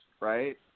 right